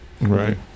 right